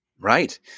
Right